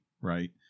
right